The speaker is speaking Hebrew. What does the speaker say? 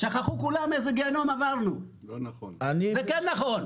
שכחו כולם איזה גיהינום עברנו, זה כן נכון.